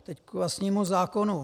Teď k vlastnímu zákonu.